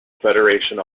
federation